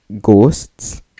ghosts